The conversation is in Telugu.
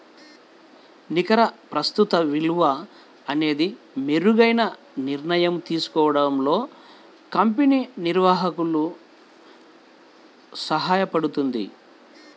నికర ప్రస్తుత విలువ అనేది మెరుగైన నిర్ణయం తీసుకోవడంలో కంపెనీ నిర్వహణకు సహాయపడుతుంది